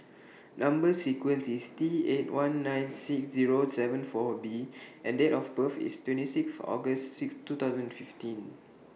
Number sequence IS T eight one nine six Zero seven four B and Date of birth IS twenty Sixth August six two thousand fifteen